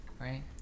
Right